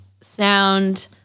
sound